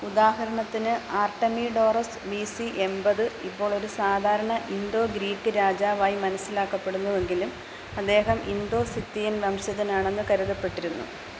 ഉദാഹരണത്തിന് Artemidorus BC എൺപത് ഇപ്പോൾ ഒരു സാധാരണ ഇന്തോ ഗ്രീക്ക് രാജാവായി മനസ്സിലാക്കപ്പെടുന്നുവെങ്കിലും അദ്ദേഹം ഇന്തോ സിത്തിയൻ വംശജനാണെന്ന് കരുതപ്പെട്ടിരുന്നു